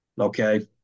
Okay